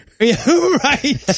Right